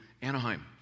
Anaheim